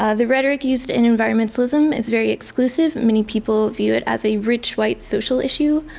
ah the rhetoric used in environmentalism is very exclusive. many people view it as a rich, white social issue.